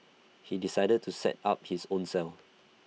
he decided to set up his own cell